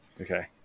Okay